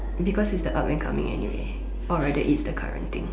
because is the up and coming anyway or rather is the current thing